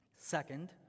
Second